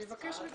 זה נכלל